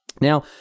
Now